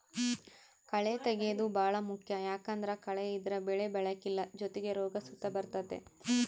ಕಳೇ ತೆಗ್ಯೇದು ಬಾಳ ಮುಖ್ಯ ಯಾಕಂದ್ದರ ಕಳೆ ಇದ್ರ ಬೆಳೆ ಬೆಳೆಕಲ್ಲ ಜೊತಿಗೆ ರೋಗ ಸುತ ಬರ್ತತೆ